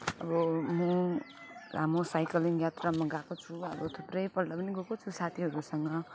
अब म लामो साइक्लिङ यात्रामा गएको छु अब थुप्रै पल्ट पनि गएको छु साथीहरूसँग